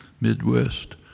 Midwest